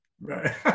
Right